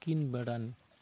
ᱛᱤᱠᱤᱱ ᱵᱮᱲᱟᱱ